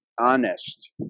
honest